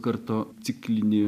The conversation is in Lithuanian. karto ciklinį